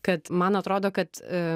kad man atrodo kad